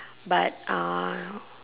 but uh